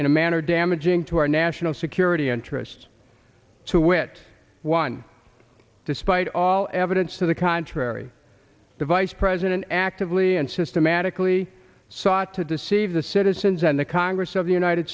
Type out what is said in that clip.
in a manner damaging to our national security interests to wit one despite all evidence to the contrary the vice president actively and systematically sought to deceive the citizens and the congress of the united